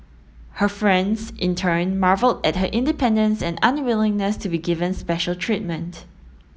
her friends in turn marvelled at her independence and unwillingness to be given special treatment